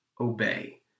obey